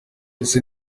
ese